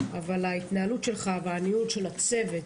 אבל ההתנהלות שלך והניהול של הצוות